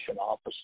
office